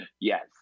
Yes